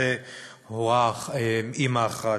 זו אימא אחת.